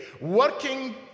Working